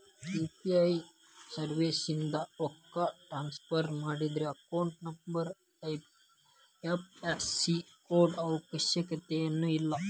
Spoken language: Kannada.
ಯು.ಪಿ.ಐ ಸರ್ವಿಸ್ಯಿಂದ ರೊಕ್ಕ ಟ್ರಾನ್ಸ್ಫರ್ ಮಾಡಿದ್ರ ಅಕೌಂಟ್ ನಂಬರ್ ಐ.ಎಫ್.ಎಸ್.ಸಿ ಕೋಡ್ ಅವಶ್ಯಕತೆನ ಇಲ್ಲ